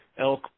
elk